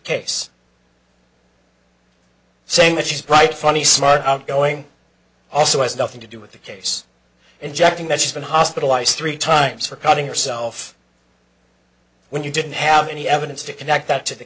case saying that she's bright funny smart outgoing also has nothing to do with the case injecting that she's been hospitalized three times for cutting herself when you didn't have any evidence to connect that to the